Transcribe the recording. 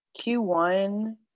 q1